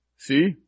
See